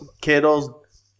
Kittle's